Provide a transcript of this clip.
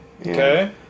Okay